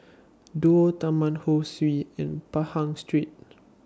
Duo Taman Ho Swee and Pahang Street